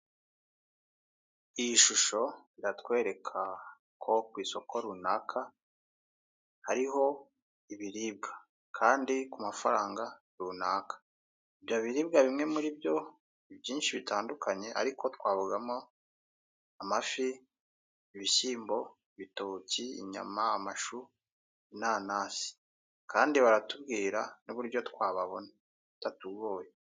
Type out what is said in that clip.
Iyi shusho iratwereka ko kw'isoko runaka, hariho ibiribwa, kandi ku mafaranga runaka. Ibyo biribwa bimwe muri byo ni byinshi bitandukanye ariko twavugamo amafi, ibishyimbo, ibitoki, inyama, amashu, inanasi. Kandi baratubwira n'uburyo twababona bitatugoye.